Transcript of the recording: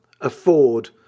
afford